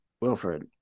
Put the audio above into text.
Wilfred